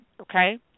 okay